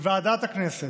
בוועדת הכנסת,